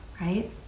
right